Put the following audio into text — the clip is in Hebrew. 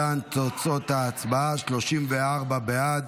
להלן תוצאות ההצבעה: 34 בעד,